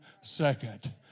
second